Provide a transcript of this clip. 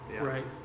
Right